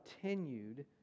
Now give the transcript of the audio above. continued